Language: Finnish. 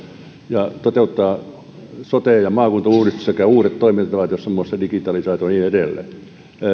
ja toteuttaa sote ja maakuntauudistus sekä uudet toimintatavat muun muassa digitalisaatio ja niin edelleen